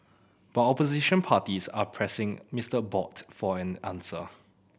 but opposition parties are pressing Mister Abbott for an answer